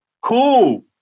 Cool